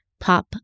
Pop